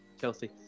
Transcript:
Chelsea